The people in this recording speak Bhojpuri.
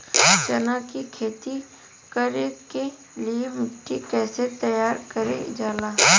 चना की खेती कर के लिए मिट्टी कैसे तैयार करें जाला?